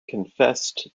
confessed